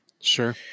Sure